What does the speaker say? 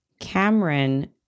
Cameron